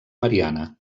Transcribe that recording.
mariana